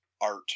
art